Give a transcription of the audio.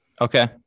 okay